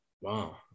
Wow